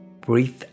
Breathe